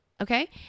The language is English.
okay